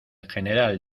general